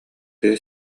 тыа